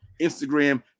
Instagram